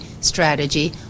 strategy